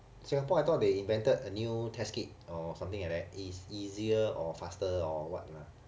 singapore I thought they invented a new test kit or something like that is easier or faster or what mah